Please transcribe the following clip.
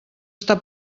està